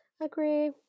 Agree